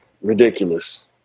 ridiculous